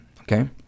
Okay